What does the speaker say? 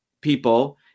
people